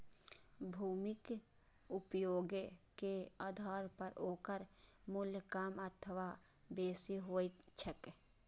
भूमिक उपयोगे के आधार पर ओकर मूल्य कम अथवा बेसी होइत छैक